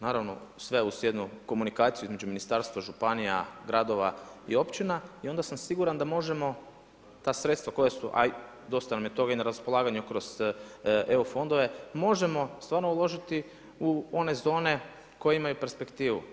Naravno, sve uz jednu komunikaciju između Ministarstva županija, gradova i općina i onda sam siguran da možemo, ta sredstva koja su, a i dosta nam je toga na raspolaganju kroz EU fondove, možemo stvarno uložiti u one zone, koje imaju perspektivu.